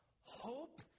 Hope